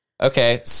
Okay